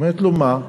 אומרת לו: מה?